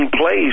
place